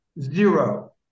Zero